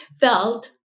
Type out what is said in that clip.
felt